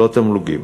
לא תמלוגים.